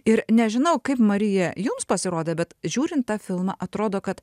ir nežinau kaip marija jums pasirodė bet žiūrint tą filmą atrodo kad